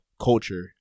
culture